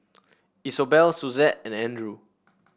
Isobel Suzette and Andrew